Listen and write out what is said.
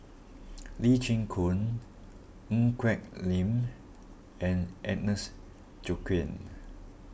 Lee Chin Koon Ng Quee Lam and Agnes Joaquim